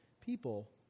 people